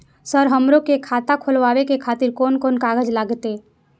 Sir हमरो के खाता खोलावे के खातिर कोन कोन कागज लागते?